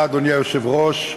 רבותי.